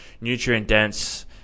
nutrient-dense